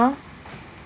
oh